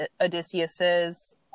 Odysseus's